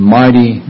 mighty